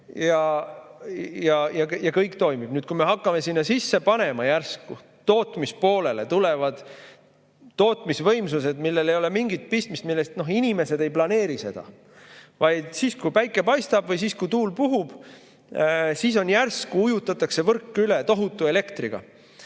ja kõik toimib. Kui me hakkame sinna sisse panema järsku tootmispoolele tulevaid tootmisvõimsusi, millel ei ole mingit pistmist, mida inimesed ei planeeri, vaid siis, kui päike paistab, või siis, kui tuul puhub, järsku ujutatakse võrk üle tohutu elektriga,